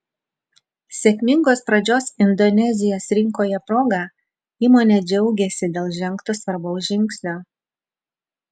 sėkmingos pradžios indonezijos rinkoje proga įmonė džiaugiasi dėl žengto svarbaus žingsnio